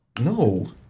No